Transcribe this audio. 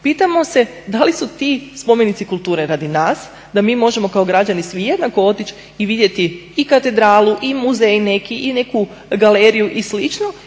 Pitamo se, da li su ti spomenici kulture radi nas, da mi možemo kao građani svi jednako otići i vidjeti i katedralu i muzej neki i neku galeriju i